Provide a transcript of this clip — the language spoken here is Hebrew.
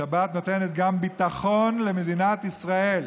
השבת נותנת גם ביטחון למדינת ישראל,